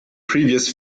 previous